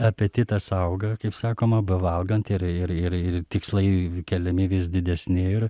apetitas auga kaip sakoma bevalgant ir ir ir ir tikslai keliami vis didesni